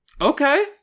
Okay